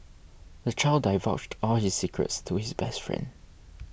the child divulged all his secrets to his best friend